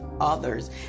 others